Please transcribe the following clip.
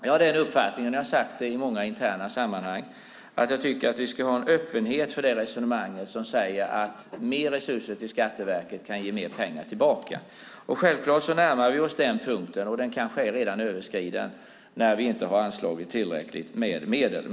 Jag har i många interna sammanhang sagt att vi ska ha en öppenhet för det resonemang som säger att mer resurser till Skatteverket kan ge mer pengar tillbaka. Självklart närmar vi oss den punkten - den kanske redan är överskriden - när vi inte har anslagit tillräckligt med medel.